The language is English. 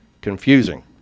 confusing